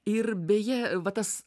ir beje va tas